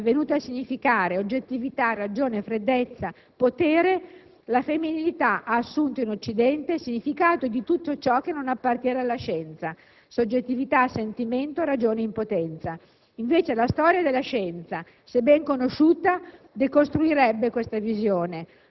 Dice Fox Keller: «Mentre la scienza è venuta a significare oggettività, ragione, freddezza, potere, la femminilità ha assunto» (in Occidente) «il significato di tutto ciò che non appartiene alla scienza: soggettività, sentimento, passione, impotenza». Invece la storia della scienza, se ben conosciuta,